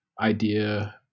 idea